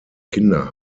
kinder